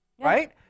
right